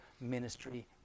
ministry